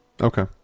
Okay